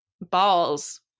balls